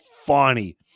funny